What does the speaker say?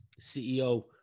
CEO